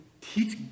teach